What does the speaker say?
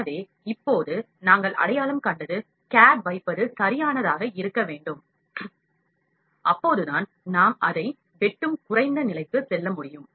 எனவே இப்போது நாங்கள் அடையாளம் கண்டது கேட் வைப்பது சரியானதாக இருக்க வேண்டும் அப்போதுதான் நாம் அதை வெட்டும் குறைந்த நிலைக்கு செல்ல முடியும்